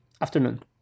afternoon